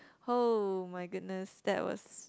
oh-my-goodness that was